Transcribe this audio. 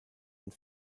and